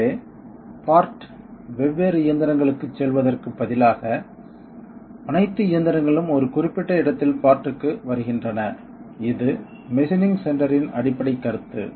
எனவே பார்ட் வெவ்வேறு இயந்திரங்களுக்குச் செல்வதற்குப் பதிலாக அனைத்து இயந்திரங்களும் ஒரு குறிப்பிட்ட இடத்தில் பார்ட்க்கு வருகின்றன இது மெஷினிங் சென்டரின் அடிப்படைக் கருத்து